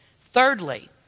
Thirdly